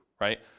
right